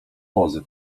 pozy